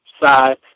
side